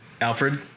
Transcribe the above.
Alfred